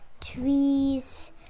trees